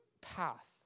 path